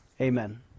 amen